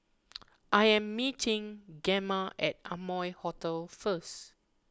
I am meeting Gemma at Amoy Hotel first